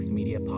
Media